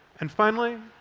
and finally,